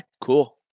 cool